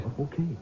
Okay